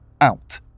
out